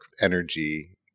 energy